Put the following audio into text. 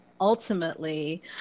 ultimately